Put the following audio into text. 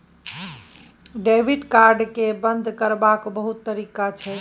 debit card केँ बंद करबाक बहुत तरीका छै